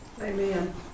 Amen